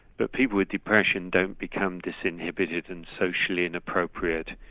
but people with depression don't become disinhibited and socially inappropriate.